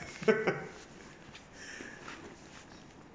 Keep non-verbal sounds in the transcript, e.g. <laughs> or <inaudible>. <laughs>